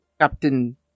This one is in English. Captain